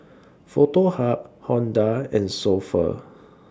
Foto Hub Honda and So Pho